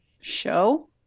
show